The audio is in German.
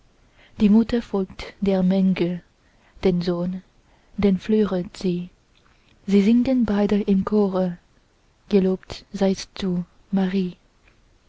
die mutter folgt der menge den sohn den führet sie sie singen beide im chore gelobt seist du marie